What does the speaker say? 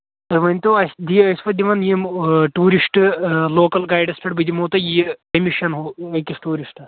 مےٚ ؤنۍتو اَسہِ دِی أسۍ مہ دِوان یِم ٹوٗرِسٹ لوکَل گایڈَس پٮ۪ٹھ بہٕ دِمو تۄہہِ یہِ کٔمِشن ہُہ أکِس ٹوٗرِسٹَس